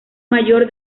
mayor